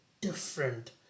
different